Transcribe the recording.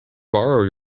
borrow